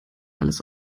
alles